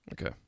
okay